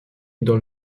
dans